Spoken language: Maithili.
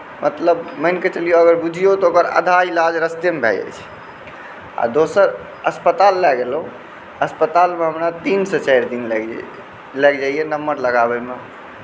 मतलब अगर मानिके चलिऔ अगर बुझिऔ तऽ ओकर आधा इलाज रास्तेमे भऽ जाइ छै आ दोसर अस्पताल लए गेलहुँ अस्पतालमे हमरा तीन से चारि दिन लागि जाइए नम्बर लगाबै मे